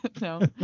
No